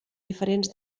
diferents